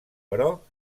però